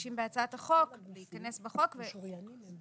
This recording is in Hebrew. מבקשים בהצעת החוק להאריך את